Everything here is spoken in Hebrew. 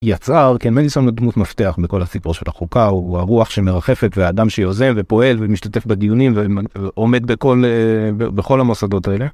יצר כן מדיסון הוא דמות מפתח בכל הסיפור של החוקה הוא הרוח שמרחפת והאדם שיוזם ופועל ומשתתף בדיונים ועומד בכל בכל המוסדות האלה.